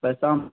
پیسہ